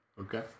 Okay